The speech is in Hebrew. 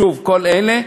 שוב, כל אלה.